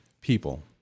people